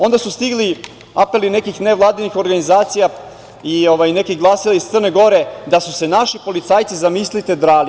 Onda su stigli apeli nekih nevladinih organizacija i neki glasovi iz Crne gore da su se naši policajci, zamislite, drali.